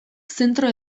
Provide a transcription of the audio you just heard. zentro